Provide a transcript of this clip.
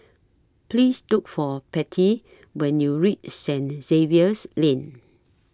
Please Look For Pattie when YOU REACH Saint Xavier's Lane